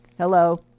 Hello